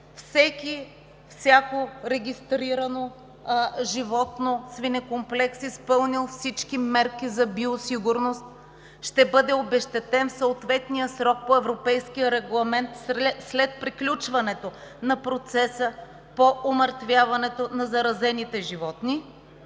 За всяко регистрирано животно – свинекомплекс, изпълнил всички мерки за биосигурност, ще бъде обезщетен в съответния срок по Европейския регламент след приключването на процеса по умъртвяването на заразените животни,